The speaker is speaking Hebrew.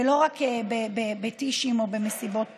ולא רק בטישים או במסיבות פורים.